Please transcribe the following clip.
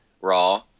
raw